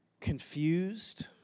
confused